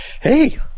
Hey